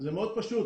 זה פשוט מאוד.